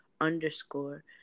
underscore